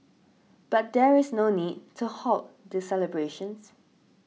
but there is no need to halt the celebrations